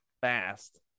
fast